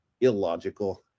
illogical